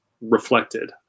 reflected